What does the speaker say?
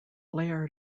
laird